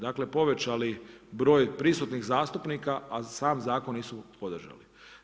Dakle, povećali broj prisutnih zastupnika, a sam zakon nisu podržali.